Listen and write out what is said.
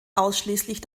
ausschließlich